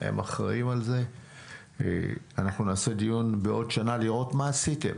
אנחנו נעשה דיון בעוד שנה כדי לראות מה עשיתם.